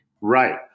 Right